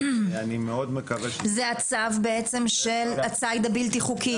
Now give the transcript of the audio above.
ואני מאוד מקווה ש- -- זה הצו בעצם של הציד הבלתי חוקי,